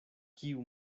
kiu